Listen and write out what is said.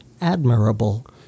admirable